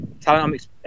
talent